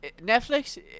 Netflix